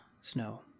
snow